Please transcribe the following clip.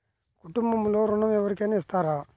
కుటుంబంలో ఋణం ఎవరికైనా ఇస్తారా?